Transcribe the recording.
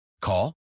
Call